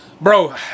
Bro